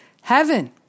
heaven